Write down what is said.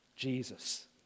Jesus